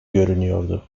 görünüyordu